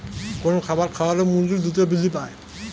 কোন খাবার খাওয়ালে মুরগি দ্রুত বৃদ্ধি পায়?